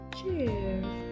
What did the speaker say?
Cheers